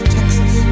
Texas